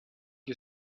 you